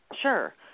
Sure